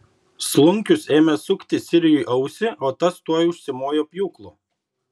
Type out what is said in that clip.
slunkius ėmė sukti sirijui ausį o tas tuoj užsimojo pjūklu